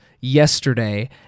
yesterday